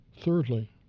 Thirdly